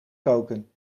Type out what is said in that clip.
koken